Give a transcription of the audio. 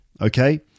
Okay